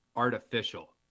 artificial